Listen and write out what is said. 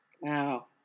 Wow